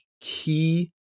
key